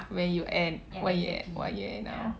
where you at what you at what you're at now